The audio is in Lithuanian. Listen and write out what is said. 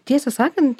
tiesą sakant